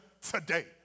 today